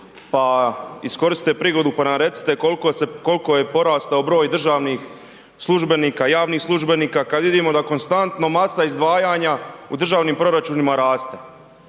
pa iskoristite prigodu pa nam recite kolko se, kolko je porastao broj državnih službenika, javnih službenika, kad vidimo da konstantno masa izdvajanja u državnim proračunima raste,